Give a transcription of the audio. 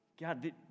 God